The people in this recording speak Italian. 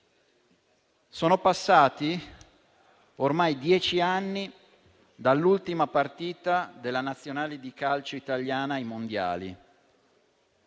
Sono passati ormai dieci anni dall'ultima partita della Nazionale di calcio italiana ai Mondiali